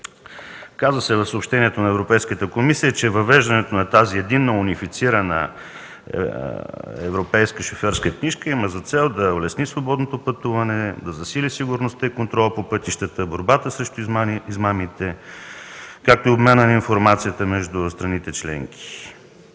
Казва се в съобщението на Европейската комисия, че въвеждането на тази единна унифицирана европейска шофьорска книжка има за цел да улесни свободното пътуване, да засили сигурността и контрола по пътищата, борбата срещу измамите, както и обмена на информацията между страните членки,